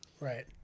Right